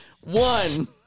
one